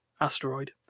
asteroid